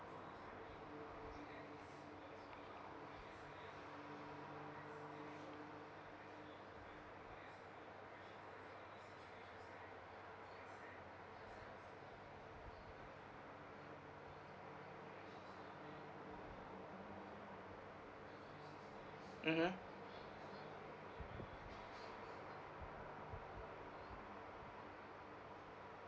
mmhmm